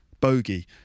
bogey